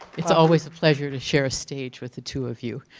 it's always a pleasure to share a stage with the two of you.